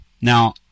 Now